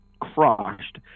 crushed